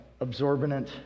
absorbent